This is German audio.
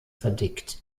verdickt